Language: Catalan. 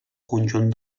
conjunt